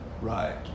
Right